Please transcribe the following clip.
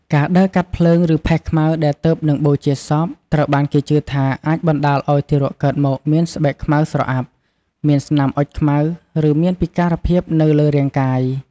ការដើរកាត់ភ្លើង ឬផេះខ្មៅដែលទើបនឹងបូជាសព ត្រូវបានគេជឿថាអាចបណ្តាលឲ្យទារកកើតមកមានស្បែកខ្មៅស្រអាប់ មានស្នាមអុជខ្មៅ ឬមានពិការភាពនៅលើរាងកាយ។